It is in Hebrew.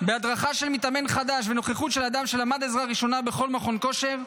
בהדרכה של מתאמן חדש ונוכחות של אדם שלמד עזרה ראשונה בכל מכון כושר.